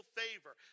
favor